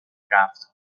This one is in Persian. رفت